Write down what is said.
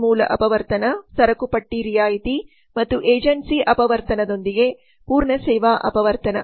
ಸಂಪನ್ಮೂಲ ಅಪವರ್ತನ ಸರಕುಪಟ್ಟಿ ರಿಯಾಯಿತಿ ಮತ್ತು ಏಜೆನ್ಸಿ ಅಪವರ್ತನದೊಂದಿಗೆ ಪೂರ್ಣ ಸೇವಾ ಅಪವರ್ತನ